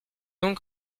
donc